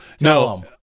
No